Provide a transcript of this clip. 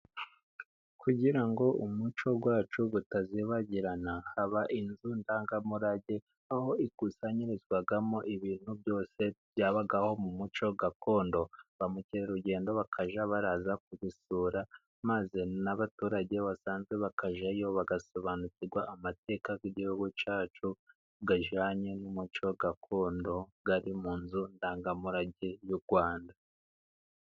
Kugira ngo umuco wacu utazibagirana, haba inzu ndangamurage aho ikusanyirizwamo ibintu byose byabagaho mu muco gakondo, ba mukerarugendo bakajya baza kubisura maze n'abaturage basanzwe bakajyayo, bagasobanukirwa amateka y'igihugu cyacu ajyanye n'umuco gakondo ari mu nzu ndangamurage y'u Rwanda.